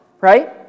right